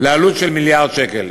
לעלות של מיליארד שקל.